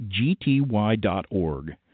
gty.org